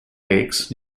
lakes